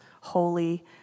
holy